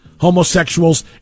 homosexuals